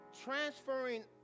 transferring